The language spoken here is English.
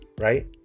right